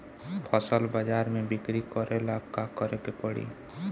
फसल बाजार मे बिक्री करेला का करेके परी?